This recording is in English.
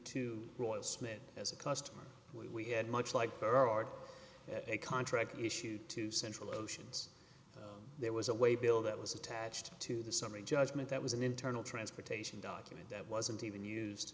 to roy smith as a customer we had much like there are a contract issued to central oceans there was a way bill that was attached to the summary judgment that was an internal transportation document that wasn't even use